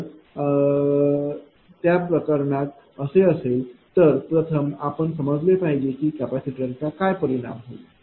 तर त्या प्रकरणात असे असेल तर प्रथम आपण समजले पाहिजे की कॅपेसिटरचा काय परिणाम होईल